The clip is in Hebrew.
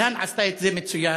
ג'יהאן עשתה את זה מצוין.